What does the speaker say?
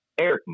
Eric